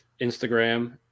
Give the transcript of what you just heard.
Instagram